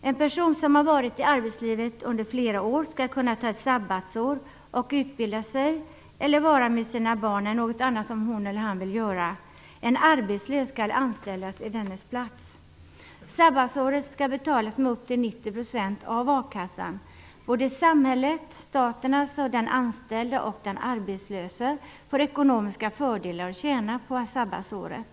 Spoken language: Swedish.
En person som har varit i arbetslivet under flera år skall kunna ta ett sabbatsår och utbilda sig, vara med sina barn eller göra någonting annat som hon eller han vill göra. En arbetslös skall anställas i den här personens ställe. Sabbatsåret skall betalas med upp till 90 % av a-kassan. Såväl samhället - staten - som den anställde och den arbetslöse får ekonomiska fördelar och tjänar på sabbatsåret.